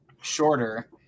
shorter